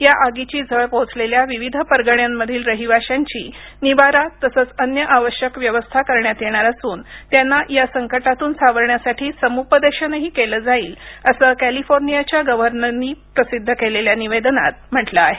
या आगीची झळ पोहोचलेल्या विविध परगण्यांमधील रहिवाशांची निवारा तसंच अन्य आवश्क व्यवस्था करण्यात येणार असून त्यांना या संकातून सावरण्यासाठी समुपदेशनही केलं जाईल असं कॅलिफेर्नियाच्या गव्हर्नरनी प्रसिद्ध केलेल्या निवेदनात म्हटलं आहे